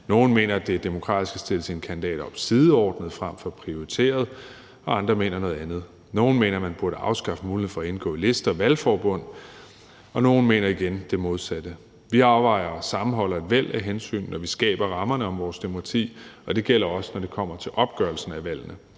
Nogle mener, at det er demokratisk at stille sine kandidater op sideordnet frem for prioriteret, og andre mener noget andet. Nogle mener, at man burde afskaffe muligheden for at indgå liste- og valgforbund, og nogle mener igen det modsatte. Vi afvejer og sammenholder et væld af hensyn, når vi skaber rammerne om vores demokrati, og det gælder også, når det kommer til opgørelsen af valgene.